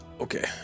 okay